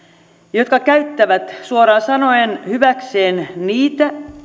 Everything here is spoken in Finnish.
jotka käyttävät suoraan sanoen hyväkseen niitä